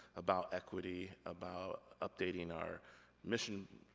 about equity, about updating our mission,